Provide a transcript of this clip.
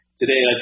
today